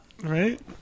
Right